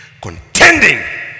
Contending